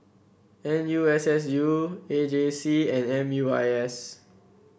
N U S S U A J C and M U I S